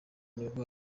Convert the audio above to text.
nibwo